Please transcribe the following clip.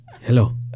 Hello